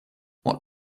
what